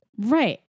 Right